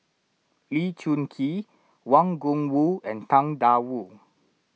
Lee Choon Kee Wang Gungwu and Tang Da Wu